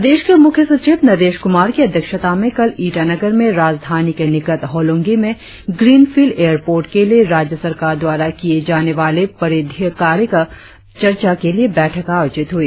प्रदेश के मुख्य सचिव नरेश क्रमार की अध्यक्षता में कल ईटानगर में राजधानी के निकट होलंगी में ग्रीनफिल्ड एयरपोर्ट के लिए राज्य सरकार द्वारा किए जाने वाले परिधीय कार्य पर चर्चा के लिए बैठक आयोजित हुई